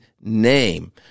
name